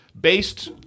based